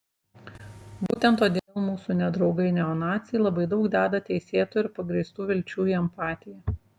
būtent todėl mūsų nedraugai neonaciai labai daug deda teisėtų ir pagrįstų vilčių į empatiją